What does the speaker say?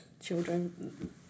children